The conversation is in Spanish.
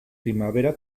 primavera